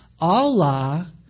Allah